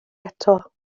eto